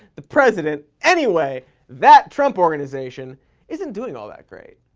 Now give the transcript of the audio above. the president, anyway, that trump organization isn't doing all that great.